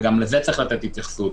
גם לזה צריך לתת התייחסות.